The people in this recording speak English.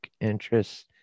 interests